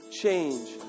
change